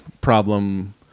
problem